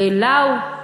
לאו,